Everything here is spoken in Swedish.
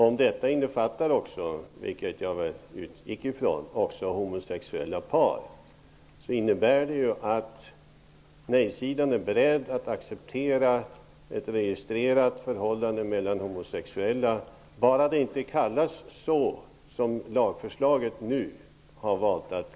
Om detta innefattar också homosexuella par -- det utgick jag ifrån -- innebär det att nej-sidan är beredd att acceptera ett registrerat förhållande mellan homosexuella bara det inte kallas det som det kallas i lagförslaget nu.